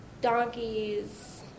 donkeys